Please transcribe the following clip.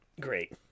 Great